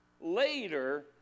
later